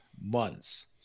months